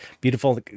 beautiful